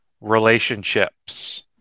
relationships